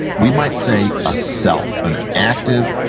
we might say a self, and active,